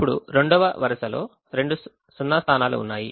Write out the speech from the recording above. ఇప్పుడు 2వ వరుసలో రెండు సున్నా స్థానాలు ఉన్నాయి